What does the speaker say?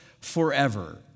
forever